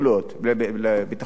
לביטחון התזונתי,